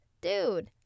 dude